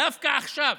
דווקא עכשיו,